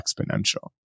exponential